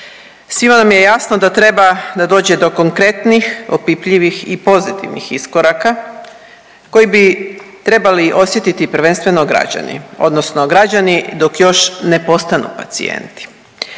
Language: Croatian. Svima nam je jasno da treba da dođe do konkretnih, opipljivih i pozitivnih iskoraka koji bi trebali osjetiti prvenstveno građani, odnosno građani dok još ne postanu pacijenti